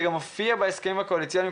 זה גם מופיע בהסכמים הקואליציוניים.